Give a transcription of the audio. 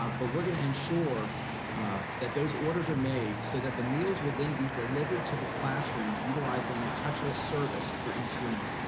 ah but we're gonna ensure that those orders are made so that the meals will then be delivered to the classrooms utilizing touchless service for each room.